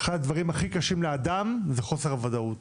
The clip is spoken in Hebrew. אחד הדברים הכי קשים לאדם הוא חוסר הוודאות.